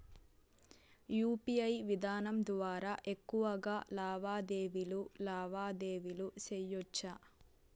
UPI విధానం ద్వారా ఎక్కువగా లావాదేవీలు లావాదేవీలు సేయొచ్చా?